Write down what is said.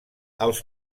els